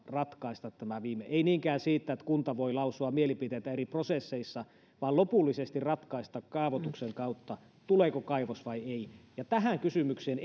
ratkaista tämä viimein kaavoituksen kautta en niinkään sitä että kunta voi lausua mielipiteitään eri prosesseissa vaan sitä että voi lopullisesti ratkaista kaavoituksen kautta tuleeko kaivos vai ei tähän kysymykseen